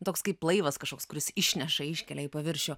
toks kaip laivas kažkoks kuris išneša iškelia į paviršių